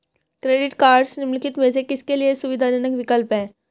Credit cards निम्नलिखित में से किसके लिए सुविधाजनक विकल्प हैं?